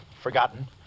forgotten